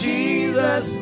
Jesus